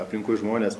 aplinkui žmonės